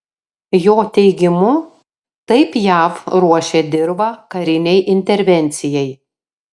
jo teigimu taip jav ruošia dirvą karinei intervencijai